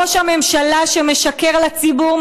ראש הממשלה שמשקר לציבור,